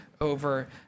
over